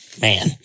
man